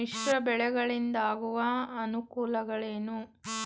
ಮಿಶ್ರ ಬೆಳೆಗಳಿಂದಾಗುವ ಅನುಕೂಲಗಳೇನು?